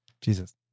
Jesus